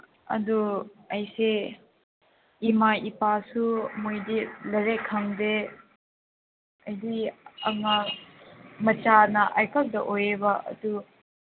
ꯑꯗꯨ ꯑꯩꯁꯦ ꯏꯃꯥ ꯏꯄꯥꯁꯨ ꯃꯣꯏꯗꯤ ꯂꯥꯏꯔꯤꯛ ꯈꯪꯗꯦ ꯑꯩꯗꯤ ꯑꯉꯥꯡ ꯃꯆꯥꯅ ꯑꯩꯈꯛꯇ ꯑꯣꯏꯌꯦꯕ ꯑꯗꯨ